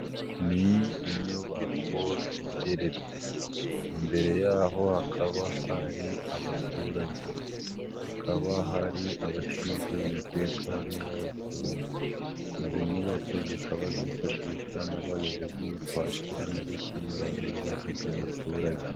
Ni inyubako igeretse imbere yaho hakaba hari abaturage hakaba hari abashinzwe umutekano wabo izi nyubako zikaba zifashishwa n'abayobozi mu kwakira no gukemura ibibazo by'abaturage.